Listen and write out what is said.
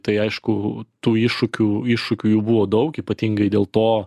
tai aišku tų iššūkių iššūkių jų buvo daug ypatingai dėl to